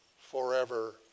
forever